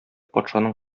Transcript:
патшаның